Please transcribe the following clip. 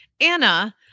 Anna